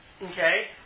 Okay